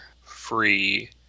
free